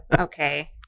Okay